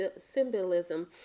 symbolism